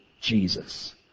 Jesus